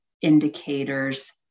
indicators